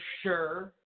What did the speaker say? sure